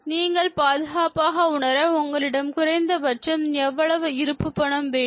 நீங்கள் பாதுகாப்பாக உணர உங்களிடம் குறைந்தபட்சம் எவ்வளவு இருப்பு பணம் இருக்க வேண்டும்